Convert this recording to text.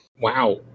Wow